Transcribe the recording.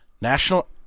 national